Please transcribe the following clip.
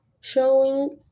showing